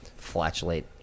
flatulate